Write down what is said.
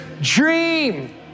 dream